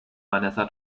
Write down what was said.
vanessa